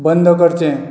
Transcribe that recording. बंद करचें